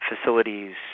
facilities